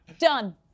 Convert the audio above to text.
Done